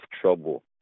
trouble